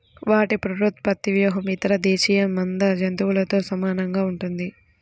వాటి పునరుత్పత్తి వ్యూహం ఇతర దేశీయ మంద జంతువులతో సమానంగా ఉంటుంది